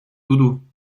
doudou